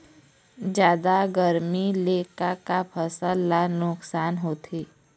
जादा गरमी ले का का फसल ला नुकसान होथे?